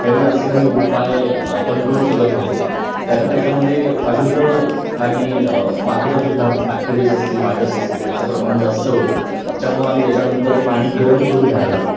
त्यावेळी असे काही उपाय आपण करू शकत नव्हतो कारण त्याच्यामध्ये अशुद्ध आणि बाकीच्यासुद्धा बॅक्टेरियज असतील वायरस असतील याचं प्रमाण जास्त होतं त्याच्यामुळं आम्ही त्याच्यानंतर पाणी गरम करून घ्यायला लागलो